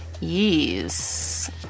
Yes